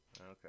okay